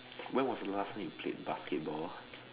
when was the last time you played basketball